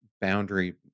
boundary